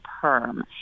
PERM